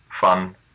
fun